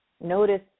Notice